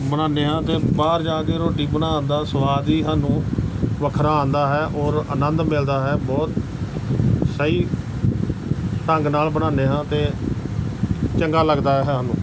ਬਣਾਉਂਦੇ ਹਾਂ ਅਤੇ ਬਾਹਰ ਜਾ ਕੇ ਰੋਟੀ ਬਣਾਉਣ ਦਾ ਸਵਾਦ ਹੀ ਸਾਨੂੰ ਵੱਖਰਾ ਆਉਂਦਾ ਹੈ ਔਰ ਆਨੰਦ ਮਿਲਦਾ ਹੈ ਬਹੁਤ ਸਹੀ ਢੰਗ ਨਾਲ਼ ਬਣਾਉਂਦੇ ਹਾਂ ਅਤੇ ਚੰਗਾ ਲੱਗਦਾ ਹੈ ਸਾਨੂੰ